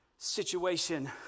Situation